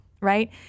right